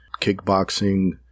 Kickboxing